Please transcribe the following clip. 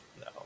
no